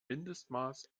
mindestmaß